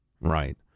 Right